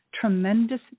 tremendous